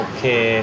Okay